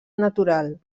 natural